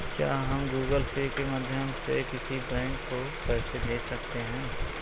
क्या हम Google Pay के माध्यम से किसी बैंक को पैसे भेज सकते हैं?